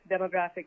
demographic